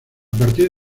partir